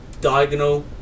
diagonal